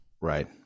right